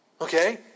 Okay